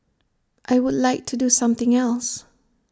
I would like to do something else